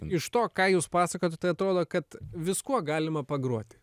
iš to ką jūs pasakojat tai atrodo kad viskuo galima pagroti